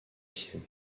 sienne